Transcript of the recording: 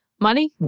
money